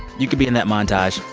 you could be in that montage.